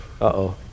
Uh-oh